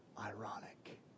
ironic